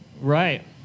Right